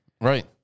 Right